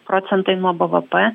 procentai nuo bvp